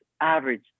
average